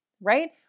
right